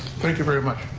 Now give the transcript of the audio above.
thank you very much.